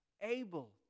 able